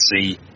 see